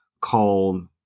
called